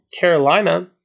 Carolina